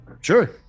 Sure